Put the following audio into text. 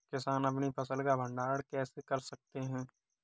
किसान अपनी फसल का भंडारण कैसे कर सकते हैं?